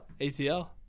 ATL